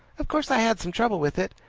of course i had some trouble with it.